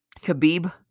Khabib